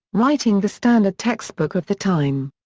writing the standard textbook of the time.